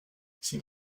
sie